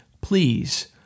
Please